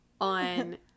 on